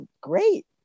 great